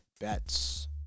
Bets